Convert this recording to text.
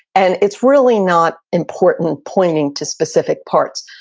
and it's really not important pointing to specific parts.